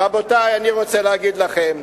רבותי, אני רוצה להגיד לכם,